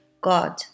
God